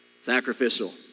Sacrificial